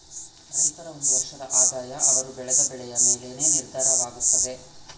ರೈತರ ಒಂದು ವರ್ಷದ ಆದಾಯ ಅವರು ಬೆಳೆದ ಬೆಳೆಯ ಮೇಲೆನೇ ನಿರ್ಧಾರವಾಗುತ್ತದೆ